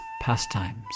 pastimes